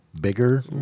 bigger